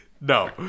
No